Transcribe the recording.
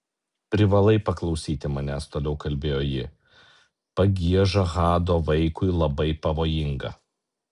privalai paklausyti manęs toliau kalbėjo ji pagieža hado vaikui labai pavojinga